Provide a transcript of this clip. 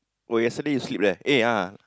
oh yesterday you sleep leh eh ya